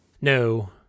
No